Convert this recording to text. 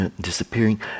disappearing